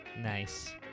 Nice